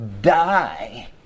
die